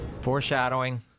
Foreshadowing